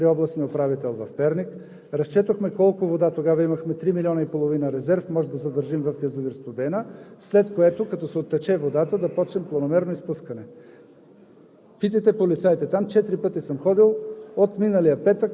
Още в Перник се събрахме с управителя на ВиК – Перник, при областния управител в Перник. Разчетохме колко вода – тогава имахме 3,5 милиона резерв, може да задържим в язовир „Студена“, след което, като се оттече водата, да започне планомерно изпускане.